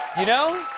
you know